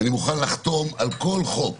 ואני מוכן לחתום על כל חוק